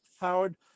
Howard